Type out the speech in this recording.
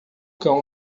cão